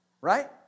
Right